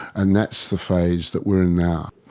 and that's the phase that we are in now.